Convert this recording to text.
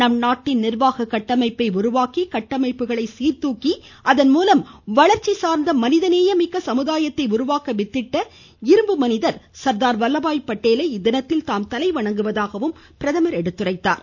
நம்நாட்டின் நிர்வாக கட்டமைப்பை உருவாக்கி கட்டமைப்புகளை சீர்தூக்கி அதன் மூலம் வளர்ச்சி சார்ந்த மனிதநேயமிக்க சமுதாயத்தை உருவாக்க வித்திட்ட இரும்பு மனிதர் என்று போற்றப்படும் சர்தார் வல்லபாய் பட்டேலை இத்தினத்தில் தாம் தலைவணங்குவதாகவும் பிரதமர் கூறியுள்ளார்